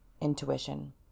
intuition